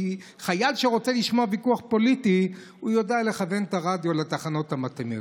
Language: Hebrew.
כי חייל שרוצה לשמוע ויכוח פוליטי יודע לכוון את הרדיו לתחנות המתאימות.